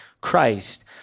Christ